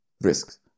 risks